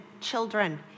children